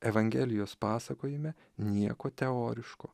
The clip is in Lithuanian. evangelijos pasakojime nieko teoriško